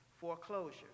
Foreclosure